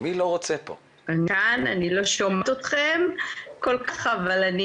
אני עדיין לא שומעת אתכם אבל אני